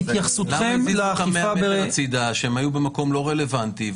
--- שהם היו במקום לא רלוונטי,